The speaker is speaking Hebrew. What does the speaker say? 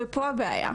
פה הבעיה: